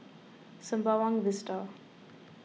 Sembawang Vista